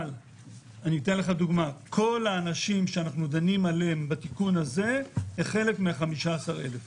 כל האנשים שאנחנו דנים עליהם בתיקון הזה הם חלק מה-15,000 האלה,